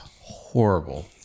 horrible